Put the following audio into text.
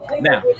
Now